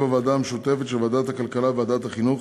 הוועדה המשותפת של ועדת הכלכלה וועדת החינוך,